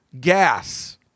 gas